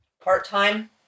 part-time